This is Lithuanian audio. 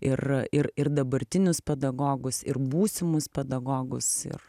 ir ir ir dabartinius pedagogus ir būsimus pedagogus ir